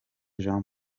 jean